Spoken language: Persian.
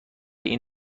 این